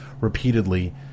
repeatedly